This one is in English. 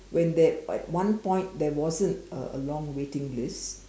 when there at one point there wasn't a a long waiting list